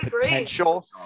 potential